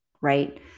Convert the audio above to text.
right